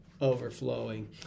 overflowing